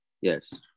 Yes